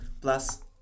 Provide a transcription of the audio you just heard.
Plus